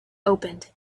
opened